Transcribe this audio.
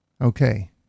Okay